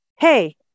hey